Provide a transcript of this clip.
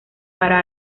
para